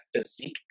physique